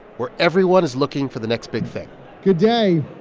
where everyone is looking for the next big thing good day.